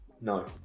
No